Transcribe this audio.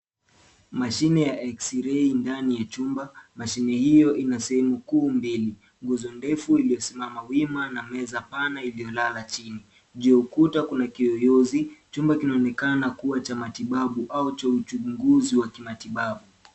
Mashine ya Xrei ndani ya chumba, mashine hio inasehemu kuu mbili. Nguzo ndefu iliyosimama wima na meza pana iliyolala chini juu ya ukuta kuna kiyoyozi. Chumba kinaonekana kua cha matibabu au cha uchunguzi wa kumatibabu.